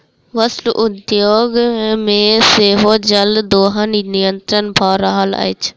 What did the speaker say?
वस्त्र उद्योग मे सेहो जल दोहन निरंतन भ रहल अछि